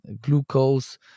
glucose